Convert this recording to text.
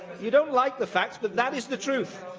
you don't like the facts, but that is the truth.